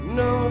no